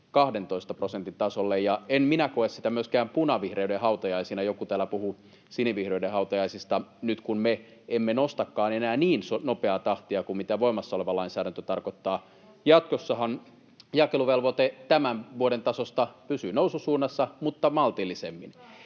12 prosentin tasolle. En minä koe sitä myöskään punavihreyden hautajaisina — joku täällä puhui sinivihreiden hautajaisista, nyt kun me emme nostakaan enää niin nopeaa tahtia kuin mitä voimassa oleva lainsäädäntö tarkoittaa. Jatkossahan jakeluvelvoite tämän vuoden tasosta pysyy noususuunnassa mutta maltillisemmin